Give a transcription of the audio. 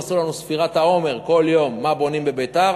הם עשו לנו ספירת העומר כל יום מה בונים בביתר,